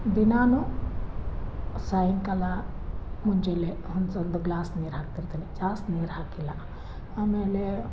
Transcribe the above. ದಿನಾನು ಸಾಯಂಕಾಲ ಮುಂಜಲೆ ಒಂದು ಸೊಲ್ಪ ಒಂದು ಗ್ಲಾಸ್ ನೀರು ಹಾಕ್ತಿರ್ತೀನಿ ಜಾಸ್ತಿ ನೀರು ಹಾಕಿಲ್ಲ ಆಮೇಲೆ